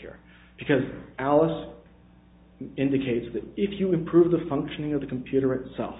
here because ours indicates that if you improve the functioning of the computer itself